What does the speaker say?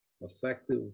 effective